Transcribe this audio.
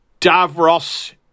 Davros